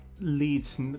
leads